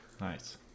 Nice